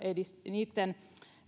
niitten